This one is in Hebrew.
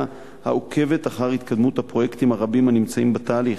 העוקבת אחר התקדמות הפרויקטים הרבים הנמצאים בתהליך.